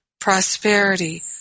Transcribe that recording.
prosperity